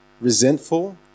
resentful